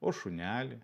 o šunelį